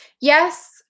Yes